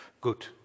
Good